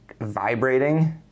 vibrating